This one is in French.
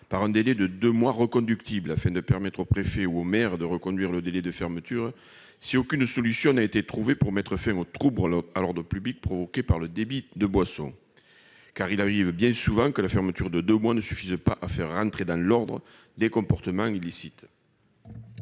par un délai de 2 mois reconductible afin de permettre au préfet, au maire de reconduire le délai de fermeture si aucune solution n'a été trouvé pour mettre fin au trou pour l'autre à l'ordre public, provoquée par le débit de boissons, car il arrive bien souvent que la fermeture de 2 mois ne suffisait pas à faire rentrer dans l'ordre des comportements illicites.